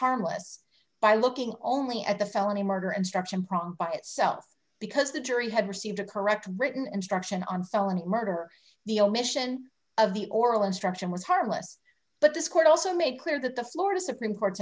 harmless by looking only at the felony murder instruction problem by itself because the jury had received a correct written instructions on felony murder the omission of the oral instruction was harmless but this court also made clear that the florida supreme court